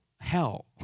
hell